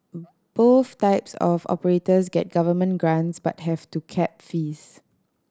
both types of operators get government grants but have to cap fees